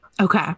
Okay